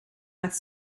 pas